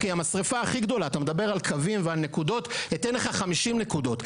אתה מדבר על קווים ועל נקודות, אתן לך, 50 נקודות.